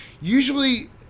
usually